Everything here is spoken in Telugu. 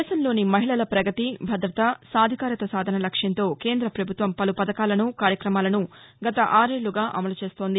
దేశంలోని మహిళల ప్రగతి భద్రత సాధికారిత సాధన లక్ష్యంతో కేంద్ర ప్రభుత్వం పలు పధకాలను కార్యక్రమాలను గత ఆరేళ్ళుగా అమలు చేస్తోంది